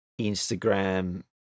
Instagram